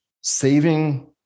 saving